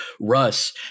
Russ